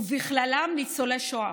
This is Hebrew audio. ובכללם ניצולי שואה,